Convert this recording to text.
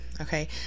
okay